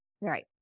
Right